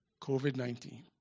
COVID-19